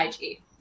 IG